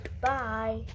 bye